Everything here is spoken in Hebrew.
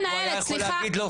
הוא היה יכול להגיד לו,